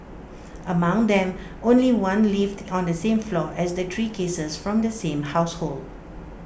among them only one lived on the same floor as the three cases from the same household